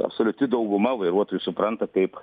absoliuti dauguma vairuotojų supranta kaip